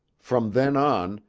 from then on,